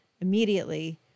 immediately